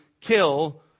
kill